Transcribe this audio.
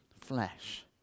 flesh